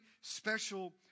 special